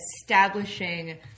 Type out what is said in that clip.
establishing